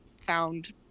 found